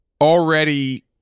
already